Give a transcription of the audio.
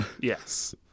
yes